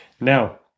Now